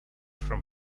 from